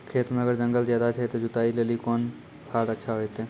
खेत मे अगर जंगल ज्यादा छै ते जुताई लेली कोंन फार अच्छा होइतै?